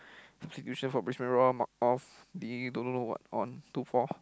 substitution for Brisbane-Roar Mark off li~ don't know what on two four